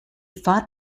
fought